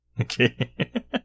Okay